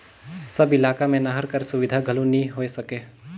सब इलाका मे नहर कर सुबिधा घलो नी होए सके